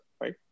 right